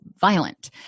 violent